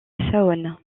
saône